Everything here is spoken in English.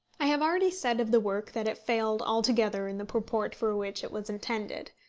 i have already said of the work that it failed altogether in the purport for which it was intended.